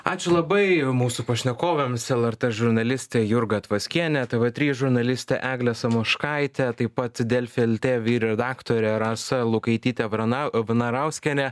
ačiū labai mūsų pašnekovėms lrt žurnalistė jurga tvaskienė tv trys žurnalistė eglė samoškaitė taip pat delfi el t vyr redaktorė rasa lukaitytė varana vnarauskienė